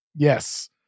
Yes